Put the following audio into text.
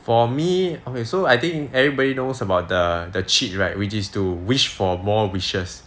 for me okay so I think everybody knows about the the cheat right which is to wish for more wishes